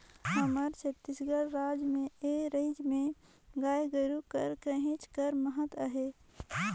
हमर छत्तीसगढ़ राज में ए राएज में गाय गरू कर कहेच कर महत अहे